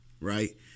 right